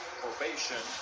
probation